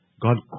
God